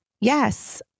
Yes